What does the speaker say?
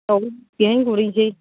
औ बेहायनो गुरहैसै